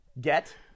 get